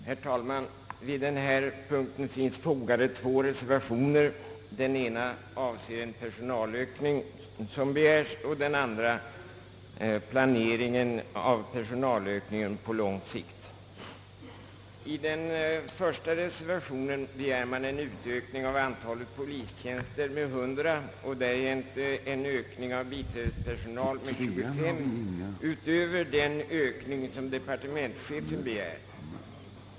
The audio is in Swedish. Herr talman! Vid denna punkt finns fogade två reservationer. Den ena avser en personalökning och den andra planeringen av personalökningen på lång sikt. I den första reservationen begär man en ökning av antalet polistjänster med 100 och därtill en ökning av biträdespersonalen med 25 utöver den ökning departementschefen begär.